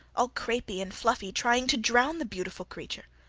all crapey and fluffy, trying to drown the beautiful creature.